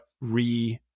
re